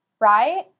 right